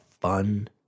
fun